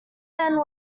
men